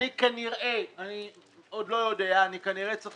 אני כנראה אני עוד לא יודע אבל כנראה צריך